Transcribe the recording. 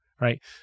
right